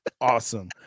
awesome